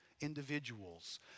individuals